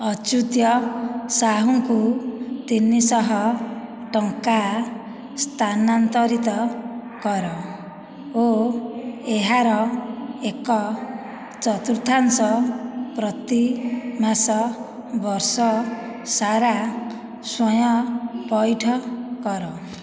ଅଚୁତ୍ୟ ସାହୁଙ୍କୁ ତିନିଶହ ଟଙ୍କା ସ୍ତାନାନ୍ତରିତ କର ଓ ଏହାର ଏକ ଚତୁର୍ଥାଂଶ ପ୍ରତି ମାସ ବର୍ଷ ସାରା ସହ୍ୟ ପଇଠ କର